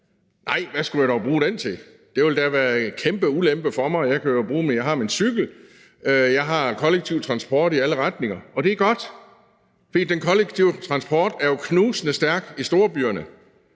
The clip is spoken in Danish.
Nej, hvad skulle jeg dog bruge den til? Det ville da være en kæmpe ulempe for mig. Jeg har min cykel. Jeg har kollektiv transport i alle retninger. Det er godt, fordi den kollektive transport er jo knusende stærk i storbyerne.